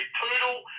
poodle